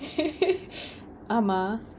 ஆமா:aamaa